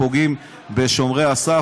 פוגעים בשומרי הסף,